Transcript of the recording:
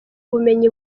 bumenyi